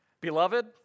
Beloved